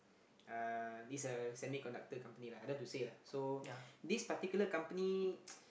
uh is a semiconductor company lah I don't want to say lah so this particular company